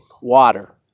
water